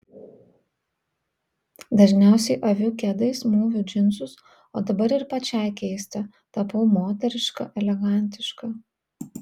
dažniausiai aviu kedais mūviu džinsus o dabar ir pačiai keista tapau moteriška elegantiška